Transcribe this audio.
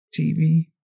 TV